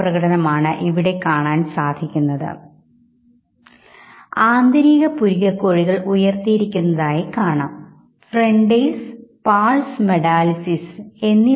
contra lateral mechanism അർത്ഥമാക്കുന്നത് ഇടത് വശത്ത് നിന്ന് വിവരങ്ങൾ തലച്ചോറിന്റെ വലത് അർദ്ധഗോളത്തിലേക്കും വലതുഭാഗത്ത് നിന്ന് തലച്ചോറിന്റെ ഇടത് അർദ്ധഗോളത്തിലേക്കും പോകുന്നു എന്നാണ്